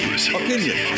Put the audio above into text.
Opinion